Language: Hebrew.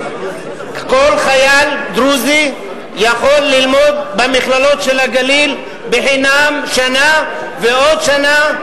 כל חייל דרוזי יכול ללמוד במכללות של הגליל בחינם שנה ועוד שנה.